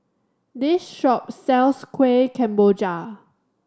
this shop sells Kueh Kemboja